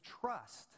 trust